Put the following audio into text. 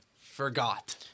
forgot